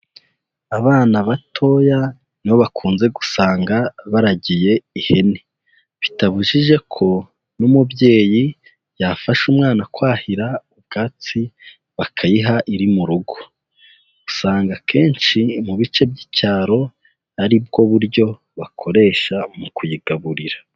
Abana batoya ni bo bakunze gusanga baragiye ihene, bitabujije ko n'umubyeyi yafasha umwana kwahira ubwatsi bakayiha iri mu rugo, usanga akenshi mu bice by'icyaro ari bwo buryo bakoresha mu kuyigaburira.